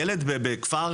ילד בכפר